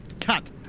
cut